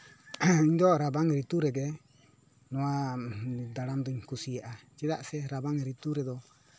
ᱤᱧ ᱫᱚ ᱨᱟᱵᱟᱝ ᱨᱤᱛᱩ ᱨᱮᱜᱮ ᱱᱚᱣᱟ ᱫᱟᱬᱟᱱ ᱫᱚᱧ ᱠᱩᱥᱤᱭᱟᱜᱼᱟ ᱪᱮᱫᱟᱜ ᱥᱮ ᱨᱟᱵᱟᱝ ᱨᱤᱛᱩ ᱨᱮᱫᱚ